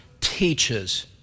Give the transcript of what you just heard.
teaches